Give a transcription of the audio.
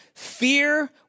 Fear